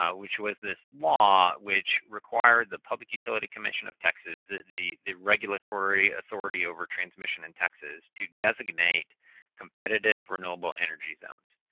um which was this law which required the public utility commission of texas, the the regulatory authority over transmission in texas, to designate competitive renewable energy zones.